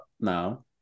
now